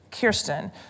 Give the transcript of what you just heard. Kirsten